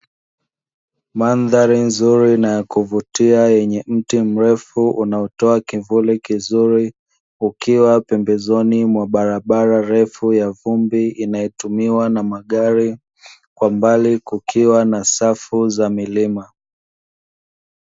Mandhari nzuri na ya kuvutia yenye mti mrefu unaotoa kivuli kizuri, ukiwa pembezoni mwa barabara ndefu ya vumbi inayotumiwa na magari kwa mbali kukiwa na safu za milima.